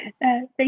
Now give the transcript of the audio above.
Thank